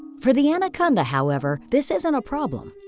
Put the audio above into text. for the anaconda, however, this isn't a problem.